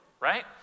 Right